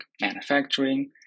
manufacturing